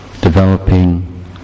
developing